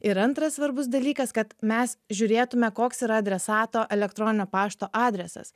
ir antras svarbus dalykas kad mes žiūrėtume koks yra adresato elektroninio pašto adresas